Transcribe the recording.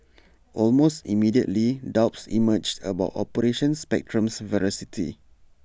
almost immediately doubts emerged about operation Spectrum's veracity